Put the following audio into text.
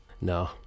No